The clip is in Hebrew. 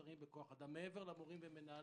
מעבר למורים ומנהלים,